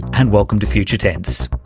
and welcome to future tense.